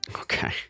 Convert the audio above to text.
Okay